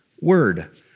word